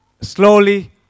slowly